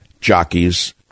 jockeys